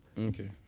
Okay